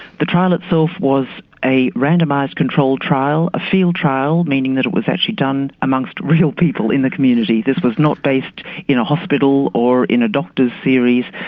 the trial itself was a randomised controlled trial, a field trial meaning that it was actually done amongst real people in the community, this was not based in a hospital or in a doctors' series,